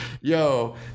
Yo